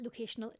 locational